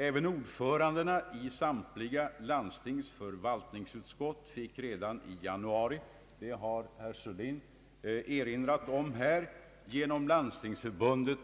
även ordförandena i samtliga landstings förvaltningsutskott fick redan i januari — det har herr Sörlin erinrat om — genom Landstingsförbundet